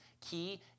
key